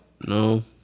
no